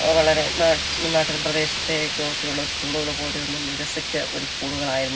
വളരെ നാട്ടിൻ പ്രദേശത്തൊക്കെയുള്ള സ്കൂളുകള് പോലെയൊന്നും വികസിച്ച ഒരു സ്കൂളുകളായിരുന്നില്ല